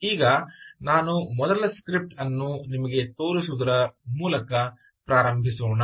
ಆದ್ದರಿಂದ ಈಗ ನಾನು ಮೊದಲ ಸ್ಕ್ರಿಪ್ಟ್ ಅನ್ನು ನಿಮಗೆ ತೋರಿಸುವುದರ ಮೂಲಕ ಪ್ರಾರಂಭಿಸೋಣ